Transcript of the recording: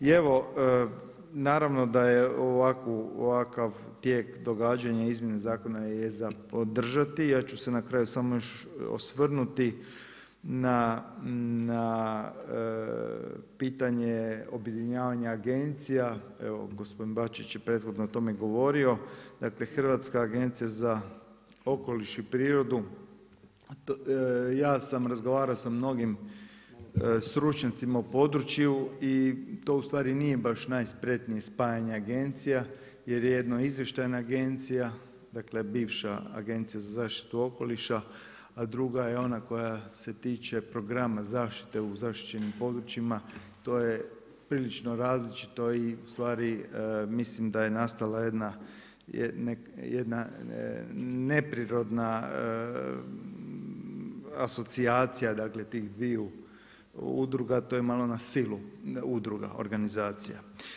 I evo, naravno da je ovakav tijek događanja izmjene zakona za podržati, ja ću se na kraju samo još osvrnuti na pitanje … agencija, evo gospodin Bačić je prethodno o tome govorio, dakle Hrvatska agencija za okoliš i prirodu, ja sam razgovarao s mnogim stručnjacima u području i to ustvari nije baš najspretnije spajanje agencija jer jedno je izvještajna agencija, dakle bivša Agencija za zaštitu okoliša a druga je ona koja se tiče programa zaštite u zaštićenim područjima, to je prilično različito i ustvari mislim da je nastala jedna neprirodna asocijacija tih dviju udruga, to je malo na silu, ne udruga, organizacija.